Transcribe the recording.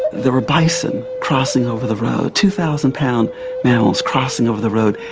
there were bison crossing over the road, two thousand pound mammals crossing over the road.